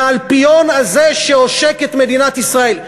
מהאלפיון הזה שעושק את מדינת ישראל.